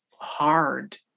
hard